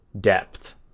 depth